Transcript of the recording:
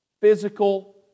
Physical